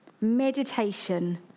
Meditation